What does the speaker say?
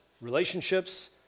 relationships